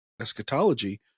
eschatology